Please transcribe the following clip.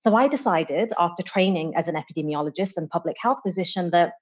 so i decided, after training as an epidemiologist and public health physician, that